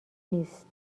نیست